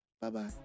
Bye-bye